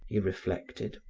he reflected.